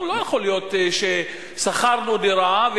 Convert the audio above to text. לא יכול להיות ששכרנו דירה,